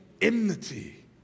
Enmity